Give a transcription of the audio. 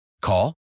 Call